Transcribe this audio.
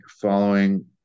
following